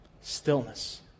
Stillness